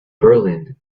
berlin